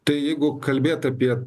tai jeigu kalbėt apie